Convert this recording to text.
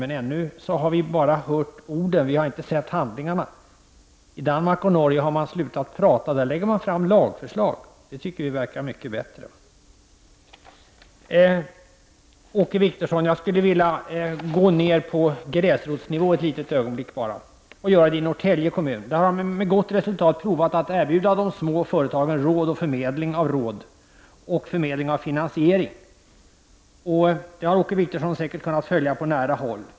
Men ännu har vi bara hört orden, vi har inte sett handlingarna. I Danmark och i Norge har man slutat att tala. Där lägger man fram lagförslag. Det tycker vi i miljöpartiet verkar vara mycket bättre. Åke Wictorsson, jag skulle vilja gå ned på gräsrotsnivå ett litet ögonblick, och det gäller Norrtälje kommun. Där har man med gott resultat provat att erbjuda de små företagen förmedling av råd och förmedling av finansiering. Detta har Åke Wictorsson säkert kunnat följa på nära håll.